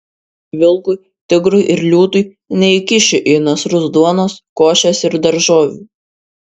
vilkui tigrui ir liūtui neįkiši į nasrus duonos košės ir daržovių